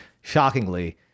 shockingly